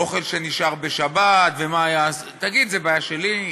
אוכל שנשאר משבת, תגיד, זו בעיה שלי?